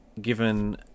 given